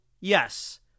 yes